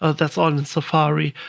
ah that's on and safari,